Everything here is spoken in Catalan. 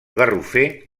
garrofer